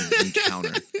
encounter